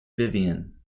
vivian